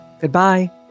Goodbye